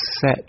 set